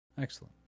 excellent